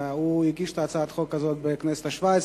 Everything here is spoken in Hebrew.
שהגיש את הצעת החוק הזאת בכנסת השבע-עשרה,